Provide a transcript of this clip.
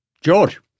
George